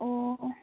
অঁ